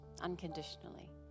unconditionally